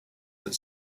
that